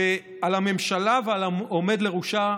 על הממשלה ועל העומד בראשה,